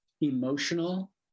emotional